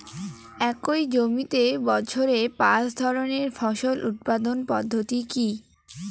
একই জমিতে বছরে পাঁচ ধরনের ফসল উৎপাদন পদ্ধতি কী?